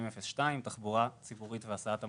795002 תחבורה ציבורית והסעת המונים,